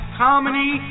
comedy